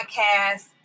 podcast